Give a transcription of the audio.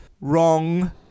Wrong